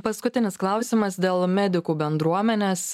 paskutinis klausimas dėl medikų bendruomenės